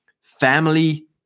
family